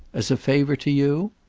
as a favour to you?